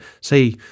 say